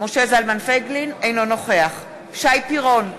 אינו נוכח שי פירון,